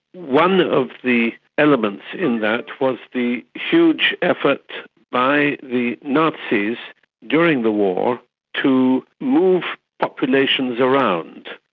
one of the elements in that was the huge effort by the nazis during the war to move populations around,